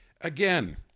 again